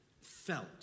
Felt